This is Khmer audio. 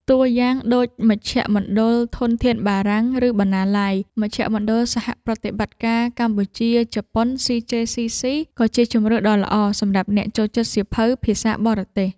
តួយ៉ាងដូច មជ្ឈមណ្ឌលធនធានបារាំង ឬបណ្ណាល័យ មជ្ឈមណ្ឌលសហប្រតិបត្តិការកម្ពុជា-ជប៉ុន CJCC ក៏ជាជម្រើសដ៏ល្អសម្រាប់អ្នកចូលចិត្តសៀវភៅភាសាបរទេស។